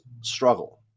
struggle